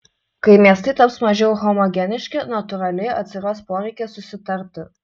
kai miestai taps mažiau homogeniški natūraliai atsiras poreikis susitarti